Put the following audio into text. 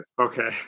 Okay